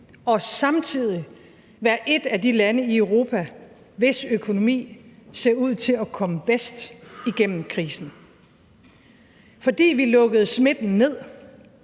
og samtidig være et af de lande i Europa, hvis økonomi ser ud til at komme bedst igennem krisen. Fordi vi lukkede smitten ned,